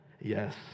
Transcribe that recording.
Yes